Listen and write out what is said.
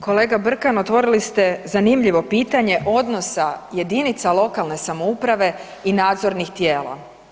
Kolega Brkan, otvorili ste zanimljivo pitanje odnosa jedinica lokalne samouprave i nadzornih tijela.